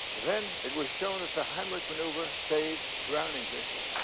then it was shown that the heimlich manoeuvre saves drowning victims.